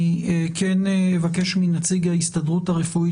אני כן אבקש מנציג ההסתדרות הרפואית,